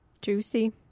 Juicy